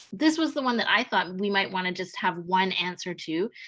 this was the one that i thought we might wanna just have one answer to,